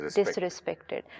disrespected